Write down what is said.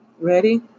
Ready